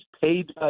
Paid